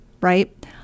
right